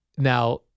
Now